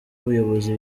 ubuyobozi